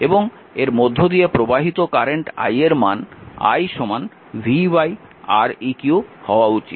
এবং এর মধ্য দিয়ে প্রবাহিত কারেন্ট i এর মান i v Req হওয়া উচিত